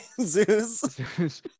Zeus